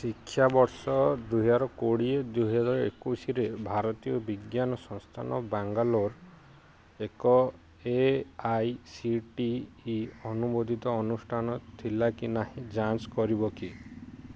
ଶିକ୍ଷାବର୍ଷ ଦୁଇ ହଜାର କୋଡ଼ିଏ ଦୁଇ ହଜାର ଏକୋଇଶିରେ ଭାରତୀୟ ବିଜ୍ଞାନ ସଂସ୍ଥାନ ବାଙ୍ଗାଲୋର ଏକ A I C T E ଅନୁମୋଦିତ ଅନୁଷ୍ଠାନ ଥିଲା କି ନାହିଁ ଯାଞ୍ଚ କରିବ କି